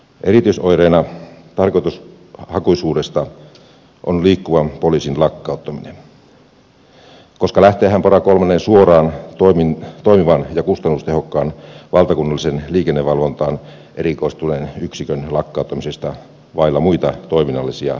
erityisoireena tarkoitushakuisuudesta on liikkuvan poliisin lakkauttaminen koska lähteehän pora kolmonen suoraan toimivan ja kustannustehokkaan valtakunnallisen liikennevalvontaan erikoistuneen yksikön lakkauttamisesta vailla muita toiminnallisia esityksiä